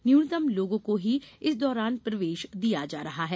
न्यूनतम लोगों को ही इस दौरान प्रवेश दिया जा रहा है